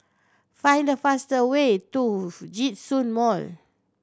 find the fastest way to Djitsun Mall